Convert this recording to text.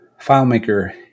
FileMaker